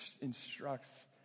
instructs